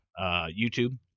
YouTube